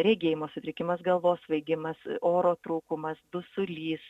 regėjimo sutrikimas galvos svaigimas oro trūkumas dusulys